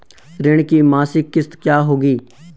ऋण की मासिक किश्त क्या होगी?